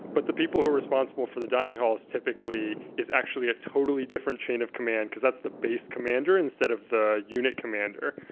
but the people who are responsible for the dining halls typically is actually a totally different chain of command because that's the base commander instead of the unit commander.